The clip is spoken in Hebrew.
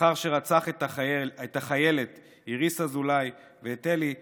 לאחר שרצח את החיילת איריס אזולאי ואת אלי אלטרץ,